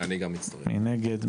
מי נגד?